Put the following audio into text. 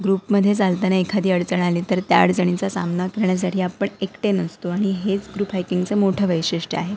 ग्रुपमध्ये चालताना एखादी अडचण आली तर त्या अडचणीचा सामना करण्यासाठी आपण एकटे नसतो आणि हेच ग्रुप हायकिंगचं मोठं वैशिष्ट्य आहे